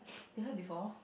you heard before